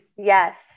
Yes